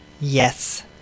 Yes